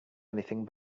anything